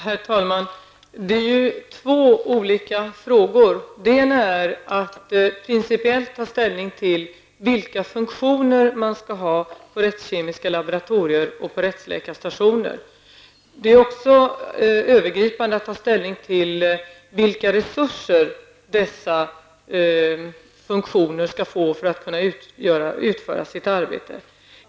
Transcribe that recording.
Herr talman! Det är två olika frågor. Den ena är att principiellt ta ställning till vilka funktioner det skall finnas på rättsmedicinska laboratorier och rättsläkarstationer. Det är också att övergripande ta ställning till vilka resurser dessa funktioner skall få för att man skall kunna utföra sitt arbete.